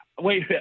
Wait